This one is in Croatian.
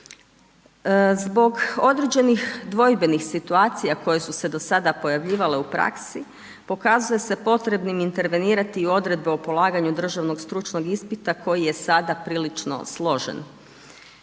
Zbog određenih dvojbenih situacija, koje su se do sada pojavljivale u praski pokazuje se potrebnim intervenirati i odredbe o polaganju državnog stručnog ispita, koji je sada prilično složen.